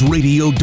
Radio